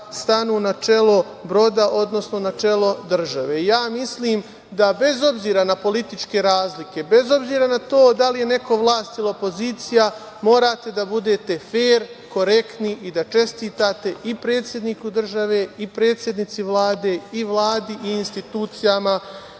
stanu na čelo broda, odnosno na čelo države. Mislim da bez obzira na političke razlike, bez obzira na to da li je neko vlast ili opozicija, morate da budete fer, korektni i da čestitate i predsedniku države i predsednici Vlade i Vladi i institucijama